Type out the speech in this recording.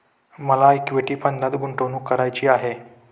मला इक्विटी फंडात गुंतवणूक करायची आहे